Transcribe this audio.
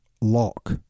lock